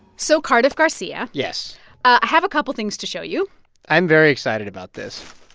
so, cardiff garcia. yes i have a couple things to show you i'm very excited about this.